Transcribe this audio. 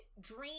Dream